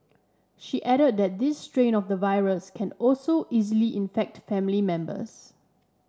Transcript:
she added that this strain of the virus can also easily infect family members